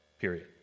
period